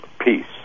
peace